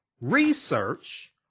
research